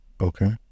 Okay